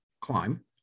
climb